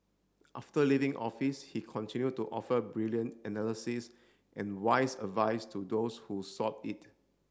after leaving office he continued to offer brilliant analysis and wise advice to those who sought it